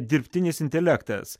dirbtinis intelektas